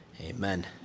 Amen